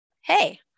Hey